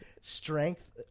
Strength